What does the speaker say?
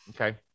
Okay